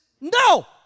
No